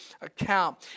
account